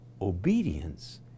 Obedience